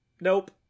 Nope